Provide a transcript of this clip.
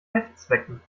heftzwecken